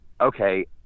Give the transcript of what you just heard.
Okay